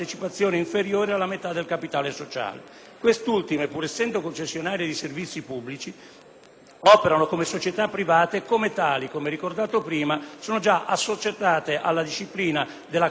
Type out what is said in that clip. Queste ultime, pur essendo concessionarie di servizi pubblici, operano come società private e come tali - come già ricordato - sono già assoggettate alla disciplina della *class action* privatistica, di cui al codice di consumo.